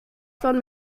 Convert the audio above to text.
von